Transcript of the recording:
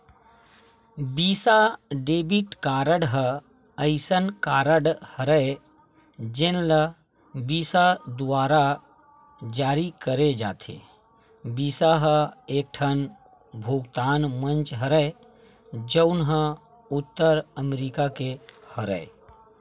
बिसा debit card ह असइन कारड हरय जेन ल बिसा दुवारा जारी करे जाथे, बिसा ह एकठन भुगतान मंच हरय जउन ह उत्तर अमरिका के हरय